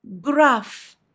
Graph